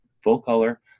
full-color